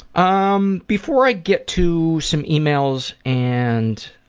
um before i get to some e-mails and